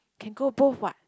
can go both what